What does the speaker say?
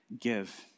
give